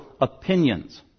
opinions